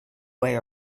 way